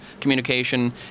communication